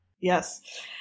yes